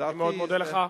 אני מאוד מודה לך.